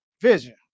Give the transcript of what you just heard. vision